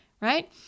right